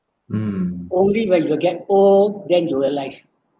only when you are get old then you realise